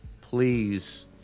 please